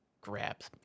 grabs